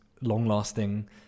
long-lasting